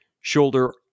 shoulder